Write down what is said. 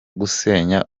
gusenya